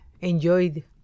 enjoyed